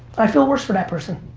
i feel worse for that person.